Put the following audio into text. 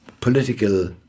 political